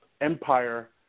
Empire